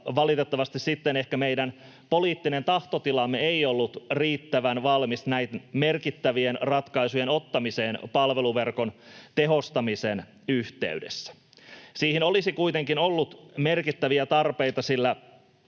sitten ehkä meidän poliittinen tahtotilamme ei ollut riittävän valmis näin merkittävien ratkaisujen ottamiseen palveluverkon tehostamisen yhteydessä. Siihen olisi kuitenkin ollut merkittäviä tarpeita,